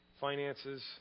finances